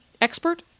expert